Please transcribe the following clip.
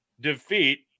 defeat